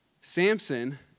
Samson